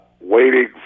Waiting